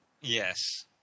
Yes